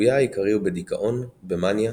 שביטויה העיקרי הוא בדיכאון, במאניה,